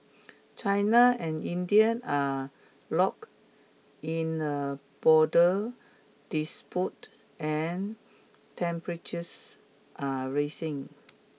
China and Indian are locked in a border dispute and temperatures are raising